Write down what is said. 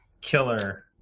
killer